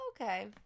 Okay